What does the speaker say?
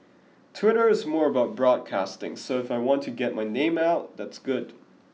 Twitter is more about broadcasting so if I want to get my name out that's good